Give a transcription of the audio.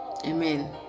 Amen